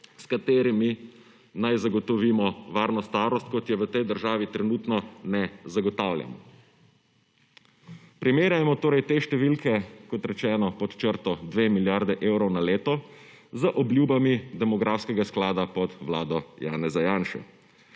s katerimi naj zagotovimo varno starost kot je v tej državni trenutno ne zagotavljamo. Primerjajmo torej te številke, kot rečeno, pod črto 2 milijarde evrov na leto, z obljubami demografskega sklada pod Vlado Janeza Janše.